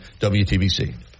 WTBC